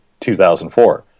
2004